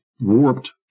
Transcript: warped